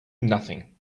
nothing